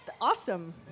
awesome